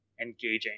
engaging